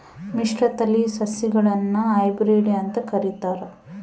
ಮಿಶ್ರತಳಿ ಸಸಿಗುಳ್ನ ಹೈಬ್ರಿಡ್ ಅಂತ ಕರಿತಾರ